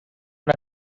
una